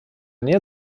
nähe